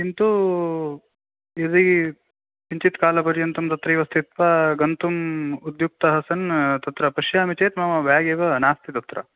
किन्तु यदि किञ्चित् कालपर्यन्तं तत्रैव स्थित्वा गन्तुम् उद्युक्तः सन् तत्र पश्यामि चेत् मम बेग् एव नास्ति तत्र